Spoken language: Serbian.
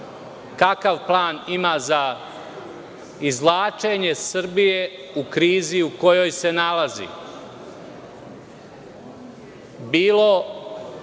kakav plan ima za izvlačenje Srbije u krizi u kojoj se nalazi, bilo